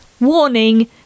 Warning